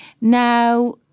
Now